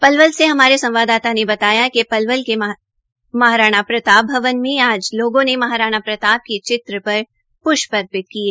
पलवल से हमारे संवाददाता ने बताया कि पलवल के महाराणा प्रतापभवन में आज लोगों ने महाराणा प्रताप के चित्र पर प्ष्प अर्पित किये